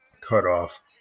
cutoff